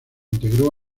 integró